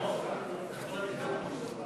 הוא ישב במקום.